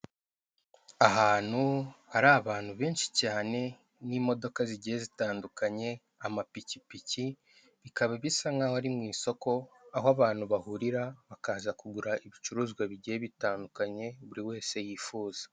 Ahantu hari abantu benshi cyane n'imodoka zigiye zitandukanye, amapikipiki bikaba bisa nk'aho ari mu isoko aho abantu bahurira bakaza kugura ibicuruzwa bigiye bitandukanye buri wese yifuza.